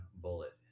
bullet